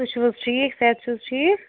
تُہۍ چھِو حظ ٹھیٖک صحت چھُ حظ ٹھیٖک